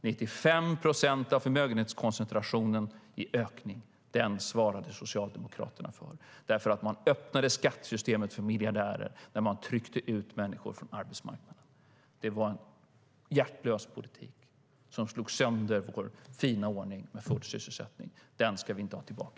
95 procent av ökningen av förmögenhetskoncentrationen svarade Socialdemokraterna för därför att man öppnade skattesystemet för miljardärer när man tryckte ut människor från arbetsmarknaden. Det var en hjärtlös politik som slog sönder vår fina ordning med full sysselsättning. Den ska vi inte ha tillbaka.